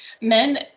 men